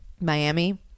Miami